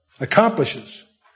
accomplishes